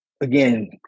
again